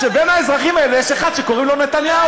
כי בין האזרחים האלה יש אחד שקוראים לו נתניהו.